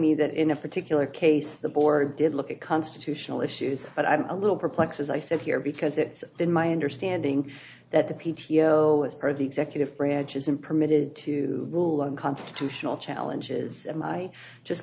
me that in a particular case the board did look at constitutional issues but i'm a little perplexed as i said here because it's been my understanding that the p t o as per the executive branch isn't permitted to rule on constitutional challenges and i just